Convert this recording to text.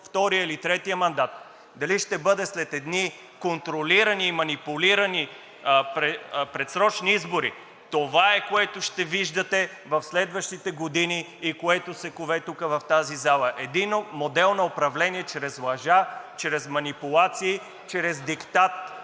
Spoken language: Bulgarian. втория или третия мандат, дали ще бъде след едни контролирани и манипулирани предсрочни избори, това е, което ще виждате в следващите години и което се кове тук, в тази зала – един модел на управление чрез лъжа, чрез манипулации, чрез диктат